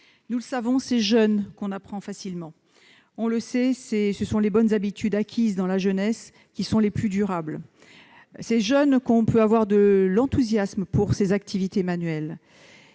Nous le savons, c'est jeune que l'on apprend facilement, et ce sont les bonnes habitudes acquises dans la jeunesse qui sont les plus durables. C'est jeune que l'on se montre enthousiaste pour les activités manuelles.